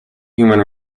human